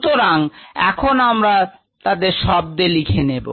সুতরাং এখন আমরা তাদের শব্দ লিখে নেব